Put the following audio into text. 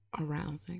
arousing